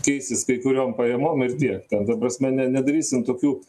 keisis kai kuriom pajamom ir tiek ten ta prasme ne nedarysim tokių